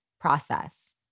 process